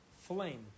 flame